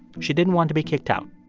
she didn't want to be kicked out